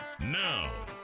Now